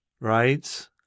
right